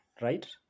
right